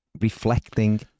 reflecting